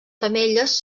femelles